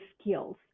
skills